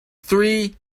three